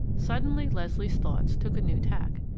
suddenly leslie's thoughts took a new tack,